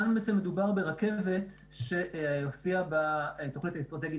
כאן בעצם מדובר ברכבת שהופיעה בתוכנית האסטרטגית